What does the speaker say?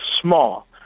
small